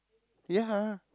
ya